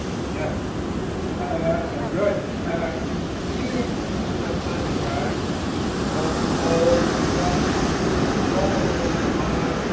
yes a good feeling is understanding guys all all your dogs a lot of in demand